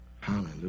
Hallelujah